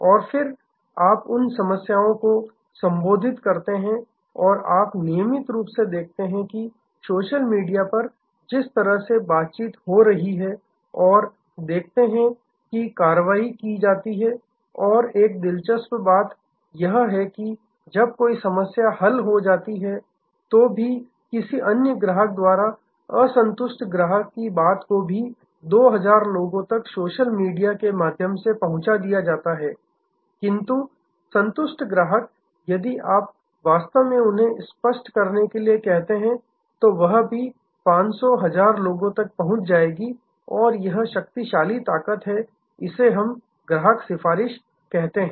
और फिर आप उन समस्याओं को संबोधित करते हैं और आप नियमित रूप से देखते हैं कि सोशल मीडिया पर जिस तरह की बातचीत हो रही है और देखते हैं कि कार्रवाई की जाती है और एक और दिलचस्प बात यह है कि जब कोई समस्या हल हो जाती है तो भी किसी अन्य ग्राहक द्वारा असंतुष्ट ग्राहक की बात को भी 2000 लोगों तक सोशल मीडिया के माध्यम से पहुंचा दिया जाता है किंतु संतुष्ट ग्राहक यदि आप वास्तव में उन्हें स्पष्ट करने के लिए कहते हैं तो वह भी 500 हजार लोगों तक पहुंच जाएगी और यह एक शक्तिशाली ताकत है इसे ही हम ग्राहक की सिफारिश कहते हैं